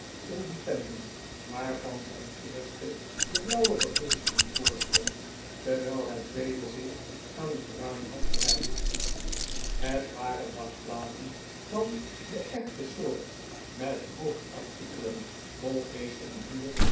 eatanswiil independent waarvan het eerste de blauwe beginselen voorstond terwijl het tweede zich aan de bruine had gewijd het waren dagbladen van de echte soort met hoofdartikelen vol geest en vuur